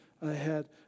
ahead